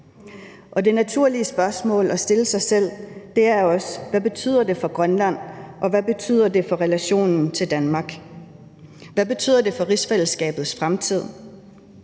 det naturlige spørgsmål at stille sig selv er også: Hvad betyder det for Grønland, og hvad betyder det for relationen til Danmark? Hvad betyder det for rigsfællesskabets fremtid?